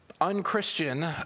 unchristian